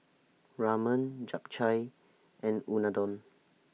Ramen Japchae and Unadon